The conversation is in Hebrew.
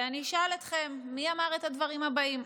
ואני אשאל אתכם מי אמר את הדברים הבאים: